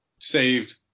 Saved